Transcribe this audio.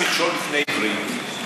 הוא אומר: אל תשים מכשול בפני עיוורים.